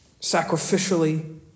Sacrificially